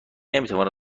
نمیتواند